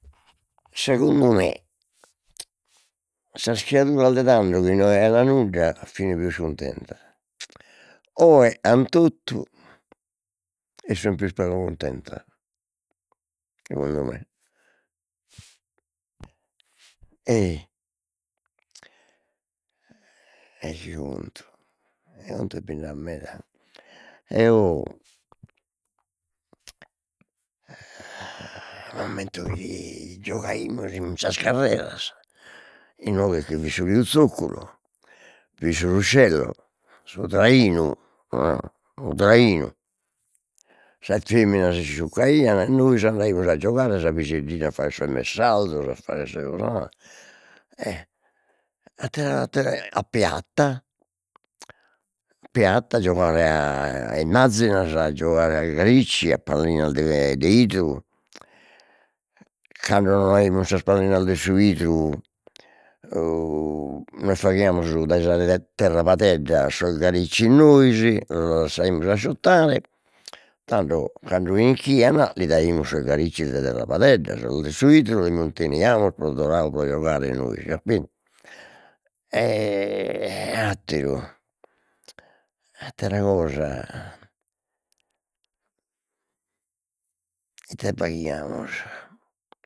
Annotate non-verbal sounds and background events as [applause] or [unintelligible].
Segundu me sas criaduras de tando chi no aian nudda fin pius cuntentas, oe an totu e sun pius pagu cuntentas, segundu me [hesitation] carchi puntu, de puntos bind'at meda, eo [hesitation] m'ammento chi giogaimus in sas carreras, inoghe che fit su riu Zocculu, bi fit su ruscello, su trainu e su trainu, sas feminas isciuccaian, noi andaimus a giogare, sa piseddina a fagher sos messalzos a fagher sos 'odales e attera [unintelligible] a piatta a piatta [hesitation] giogare [hesitation] a immazzinas, a giogare a garici, a pallinas de de 'idru, cando no aimus sas pallinas de su 'idru [hesitation] nos faghiamus dai sa ter- terrapadedda sos garicis nois, los lassaimus asciuttare, tando cando 'inchian lis daimus sos garicis de terrapadedda, sos de su 'idru los munteniamus pro [hesitation] pro giogare nois [unintelligible] e [hesitation] atteru attera cosa ite b'aiamus